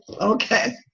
Okay